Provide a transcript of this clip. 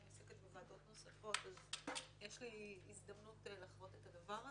אני עוסקת בוועדות נוספות ויש לי הזדמנות לחוות את הדבר הזה.